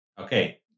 Okay